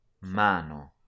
Mano